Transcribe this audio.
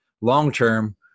long-term